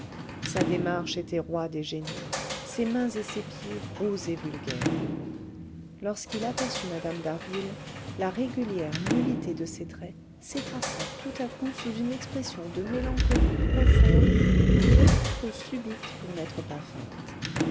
sa démarche était roide et gênée ses mains et ses pieds gros et vulgaires lorsqu'il aperçut mme d'harville la régulière nullité de ses traits s'effaça tout à coup sous une expression de mélancolie profonde beaucoup trop subite pour n'être pas feinte